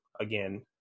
again